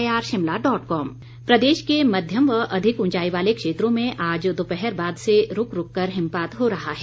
मौसम प्रदेश के मध्यम व अधिक ऊंचाई वाले क्षेत्रों में आज दोपहर बाद से रूक रूक कर हिमपात हो रहा है